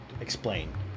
explain